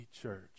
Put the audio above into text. church